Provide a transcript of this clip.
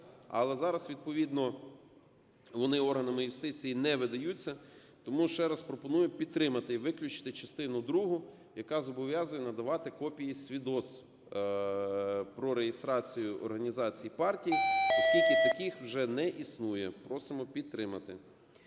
але зараз, відповідно, вони органами юстиції не видаються. Тому ще раз пропоную підтримати і виключити частину другу, яка зобов'язує надавати копії свідоцтв про реєстрацію організацій партій, оскільки таких вже не існує. Просимо підтримати.